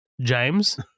james